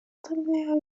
taldea